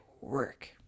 work